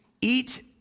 Eat